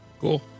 Cool